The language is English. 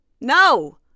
No